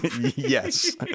Yes